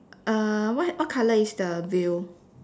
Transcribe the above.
uh what what colour is the veil